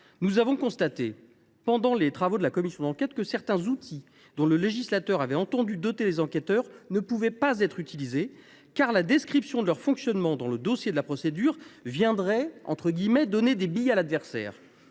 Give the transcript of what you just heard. Nous avons constaté, pendant les travaux de la commission d’enquête, que certains outils dont le législateur avait entendu doter les enquêteurs ne pouvaient pas être utilisés, car la description de leur fonctionnement dans le dossier de la procédure viendrait « donner des billes à l’adversaire »,